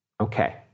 Okay